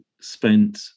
spent